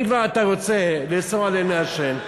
אם כבר אתה רוצה לאסור עליהם לעשן,